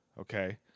Okay